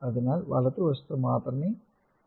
അതിനാൽ വലത് വശത്ത് മാത്രമേ മാറ്റം വരുത്തിയിട്ടുള്ളൂ